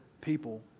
people